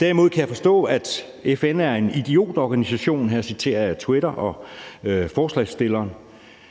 Derimod kan jeg forstå, at FN er en idiotorganisation. Her citerer jeg fra det sociale